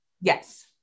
Yes